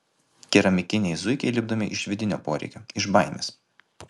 keramikiniai zuikiai lipdomi iš vidinio poreikio iš baimės